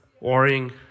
worrying